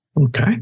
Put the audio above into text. Okay